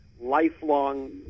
lifelong